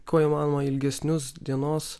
kuo įmanoma ilgesnius dienos